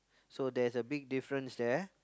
so there's a big difference there